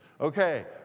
Okay